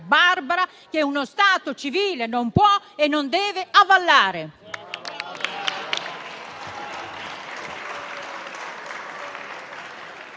barbara, che uno Stato civile non può e non deve avallare.